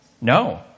No